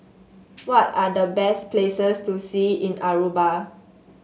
what are the best places to see in Aruba